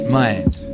mind